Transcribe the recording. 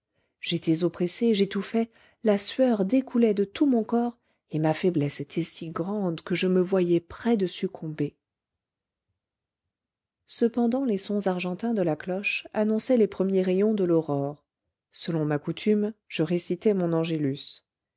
j'étais oppressé j'étouffais la sueur découlait de tout mon corps et ma faiblesse était si grande que je me voyais près de succomber cependant les sons argentins de la cloche annonçaient les premiers rayons de l'aurore selon ma coutume je récitai mon angelus